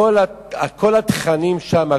כל התכנים שם,